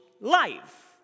life